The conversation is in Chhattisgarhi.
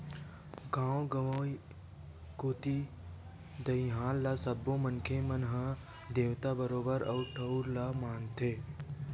गाँव गंवई कोती दईहान ल सब्बो मनखे मन ह देवता बरोबर ओ ठउर ल मानथे